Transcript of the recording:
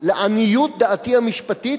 לעניות דעתי המשפטית,